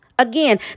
Again